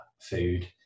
food